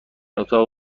اتاق